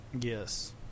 Yes